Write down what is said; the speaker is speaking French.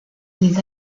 des